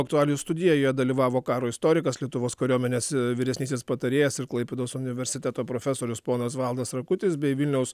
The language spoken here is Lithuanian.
aktualijų studija joje dalyvavo karo istorikas lietuvos kariuomenės vyresnysis patarėjas ir klaipėdos universiteto profesorius ponas valdas rakutis bei vilniaus